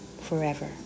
forever